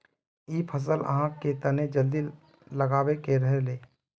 इ फसल आहाँ के तने जल्दी लागबे के रहे रे?